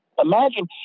Imagine